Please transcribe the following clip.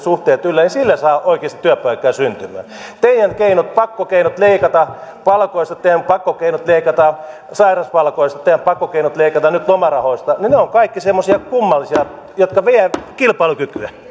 suhteet yllä niin sillä saa oikeasti työpaikkoja syntymään teidän keinot pakkokeinot leikata palkoista pakkokeinot leikata sairauspalkoista ja pakkokeinot leikata nyt lomarahoista ovat kaikki semmoisia kummallisia jotka vievät kilpailukykyä